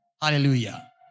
Hallelujah